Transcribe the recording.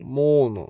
മൂന്നു